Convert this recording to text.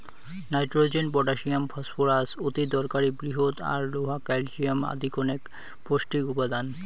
nitrogen, potassium, phosphorus অতিদরকারী বৃহৎ আর লোহা, ক্যালশিয়াম আদি কণেক পৌষ্টিক উপাদান